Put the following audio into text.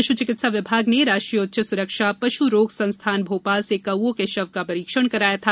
पशु चिकित्सा विभाग ने राष्ट्रीय उच्च सुरक्षा पशु रोग संस्थान भोपाल से कौवों के शव का परीक्षण कराया था